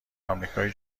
امریکای